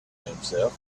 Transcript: himself